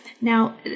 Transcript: Now